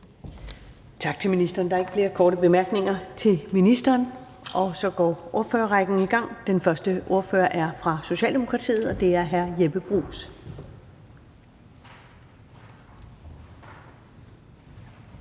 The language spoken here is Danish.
Tak til ministeren. Der er ikke flere korte bemærkninger til ministeren. Så går ordførerrækken i gang. Den første ordfører er fra Socialdemokratiet, og det er hr. Jeppe Bruus.